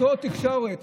אותה תקשורת.